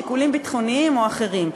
שיקולים ביטחוניים או אחרים.